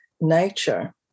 nature